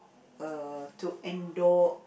uh to endure